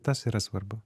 tas yra svarbu